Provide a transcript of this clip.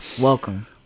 Welcome